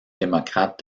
démocrate